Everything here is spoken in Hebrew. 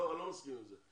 לא, אני לא מסכים עם זה.